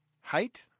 Height